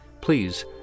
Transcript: please